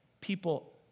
people